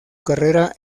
carrera